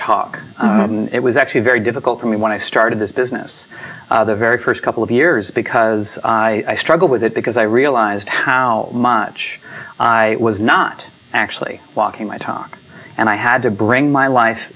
talk it was actually very difficult for me when i started this business the very first couple of years because i struggled with it because i realized how much i was not actually walking my talk and i had to bring my life